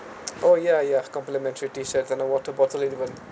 oh ya ya complementary T-shirt and a water bottle even